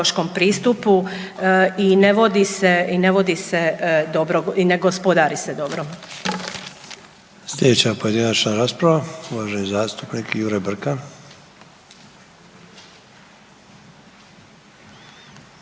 pristupu i ne vodi se dobro i ne gospodari se dobro.